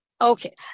Okay